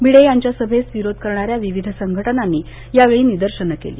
भिडे यांच्या सभेस विरोध करणाऱ्या विविध संघटनांनी यावेळी निदर्शनं केली